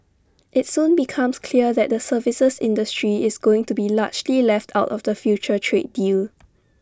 IT soon becomes clear that the services industry is going to be largely left out of the future trade deal